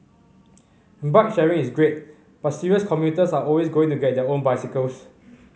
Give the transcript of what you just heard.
bike sharing is great but serious commuters are always going to get their own bicycles